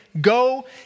Go